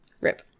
Rip